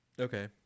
Okay